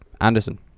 Anderson